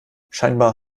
scheinbar